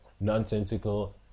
nonsensical